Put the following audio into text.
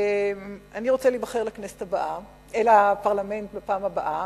אני רוצה להיבחר לפרלמנט בפעם הבאה,